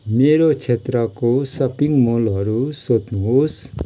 मेरो क्षेत्रको सपिङ मलहरू सोध्नुहोस्